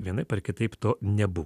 vienaip ar kitaip to nebuvo